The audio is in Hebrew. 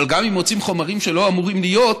אבל גם אם מוצאים חומרים שלא אמורים להיות,